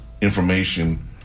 information